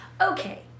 Okay